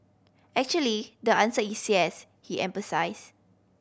actually the answer is yes he emphasised